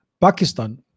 Pakistan